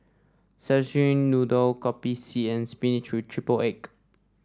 Szechuan Noodle Kopi C and spinach triple egg